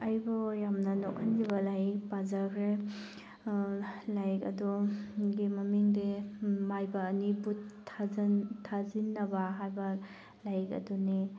ꯑꯩꯕꯨ ꯌꯥꯝꯅ ꯅꯣꯛꯍꯟꯒꯤꯕ ꯂꯥꯏꯔꯤꯛ ꯄꯥꯖꯈ꯭ꯔꯦ ꯂꯥꯏꯔꯤꯛ ꯑꯗꯨꯒꯤ ꯃꯃꯤꯡꯗꯤ ꯃꯥꯏꯕ ꯑꯅꯤ ꯚꯨꯠ ꯊꯥꯖꯤꯟꯅꯕ ꯍꯥꯏꯕ ꯂꯥꯏꯔꯤꯛ ꯑꯗꯨꯅꯤ